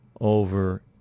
over